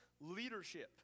leadership